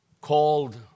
called